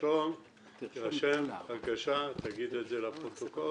תירשם בבקשה, תגיד את זה לפרוטוקול,